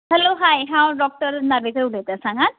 hello hi हांव doctor Narvekar उलयतां सांगात